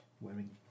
wearing